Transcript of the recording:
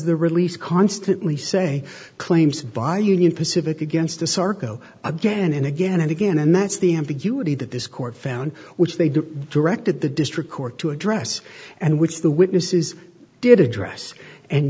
the release constantly say claims by union pacific against the sarc oh again and again and again and that's the ambiguity that this court found which they did directed the district court to address and which the witnesses did address and